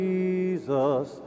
Jesus